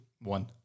One